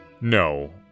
No